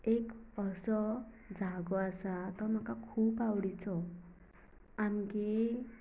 एक असो जागो आसा तो म्हाका खूब आवडीचो आमगे